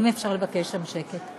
אם אפשר לבקש שם שקט.